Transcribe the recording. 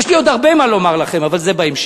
יש לי עוד הרבה מה לומר לכם, אבל זה בהמשך.